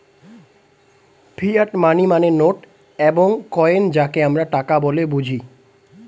fiat money মানে note এবং coin যাকে আমরা টাকা বলে বুঝি